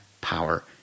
Power